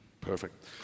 perfect